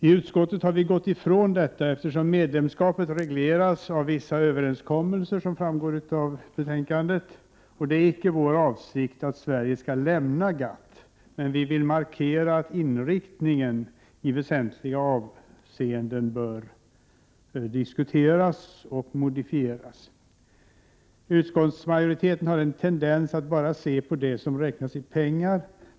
I utskottet har vi frångått detta krav, eftersom medlemskapet regleras av vissa överenskommelser, vilket framgår av utskottsbetänkandet, och det är inte vår avsikt att Sverige skall lämna GATT. Vi vill emellertid markera att inriktningen i väsentliga avseenden bör diskuteras och modifieras. Utskottsmajoriteten har en tendens att bara se det som kan räknas i pengar.